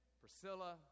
Priscilla